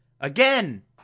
Again